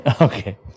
Okay